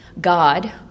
God